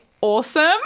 awesome